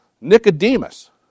Nicodemus